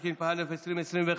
התשפ"א 2021,